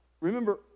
Remember